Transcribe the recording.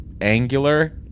angular